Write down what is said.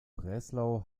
breslau